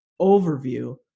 overview